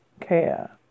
care